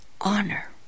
honor